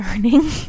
learning